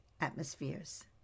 atmospheres